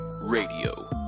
Radio